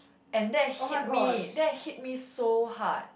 and that hit me that hit me so hard